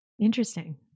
Interesting